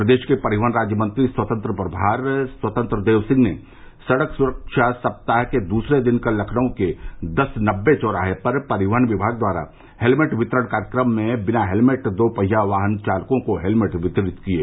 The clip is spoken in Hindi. प्रदेश के परिवहन राज्यमंत्री स्वतंत्र प्रभार स्वतंत्र देव सिंह ने सड़क सुरक्षा सप्ताह के दूसरे दिन कल लखनऊ के दस नबे चौराहे पर परिवहन विभाग द्वारा हेलमेट वितरण कार्यक्रम में बिना हेलमेट दो पहिया वाहन चालकों को हेलमेट वितरित किये